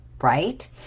right